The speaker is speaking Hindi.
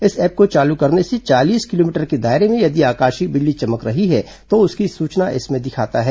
इस ऐप को चालू करने से चालीस किलोमीटर के दायरे में यदि आकाशीय बिजली चमक रही है तो उसकी सूचना इसमें दिखाता है